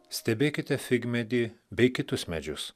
stebėkite figmedį bei kitus medžius